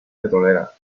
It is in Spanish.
petrolera